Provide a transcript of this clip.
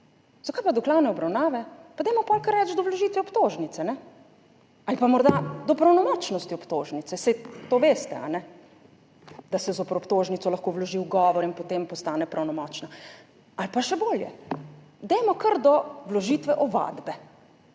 Zakaj pa do glavne obravnave? Pa dajmo potem kar reči do vložitve obtožnice ali pa morda do pravnomočnosti obtožnice. Saj to veste, kajne, da se zoper obtožnico lahko vloži ugovor in potem postane pravnomočna. Ali pa še bolje, dajmo kar do vložitve ovadbe,